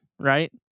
right